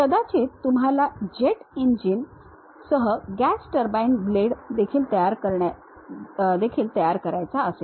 कदाचित तुम्हाला jet engine सह गॅस टर्बाइन ब्लेड देखील तयार करायचा असेल